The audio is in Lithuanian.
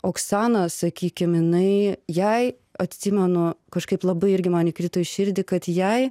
oksana sakykim jinai jai atsimenu kažkaip labai irgi man įkrito į širdį kad jai